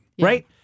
Right